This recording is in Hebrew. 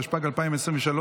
התשפ"ג 2023,